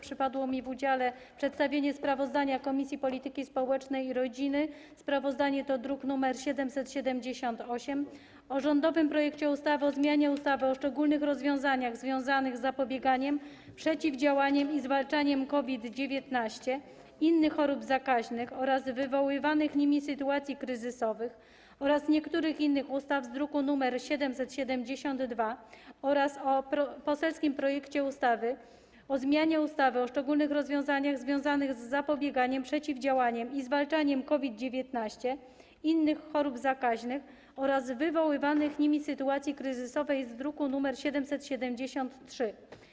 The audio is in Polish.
Przypadło mi w udziale przedstawienie sprawozdania Komisji Polityki Społecznej i Rodziny, sprawozdanie to druk nr 778, o rządowym projekcie ustawy o zmianie ustawy o szczególnych rozwiązaniach związanych z zapobieganiem, przeciwdziałaniem i zwalczaniem COVID-19, innych chorób zakaźnych oraz wywołanych nimi sytuacji kryzysowych oraz niektórych innych ustaw, druk nr 772, oraz o poselskim projekcie ustawy o zmianie ustawy o szczególnych rozwiązaniach związanych z zapobieganiem, przeciwdziałaniem i zwalczaniem COVID-19, innych chorób zakaźnych oraz wywołanych nimi sytuacji kryzysowych, druk nr 773.